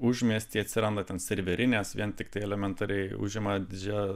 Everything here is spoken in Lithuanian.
užmiesty atsiranda ten serverinės vien tiktai elementariai užima didžiąją